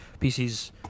PCs